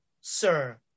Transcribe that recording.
sir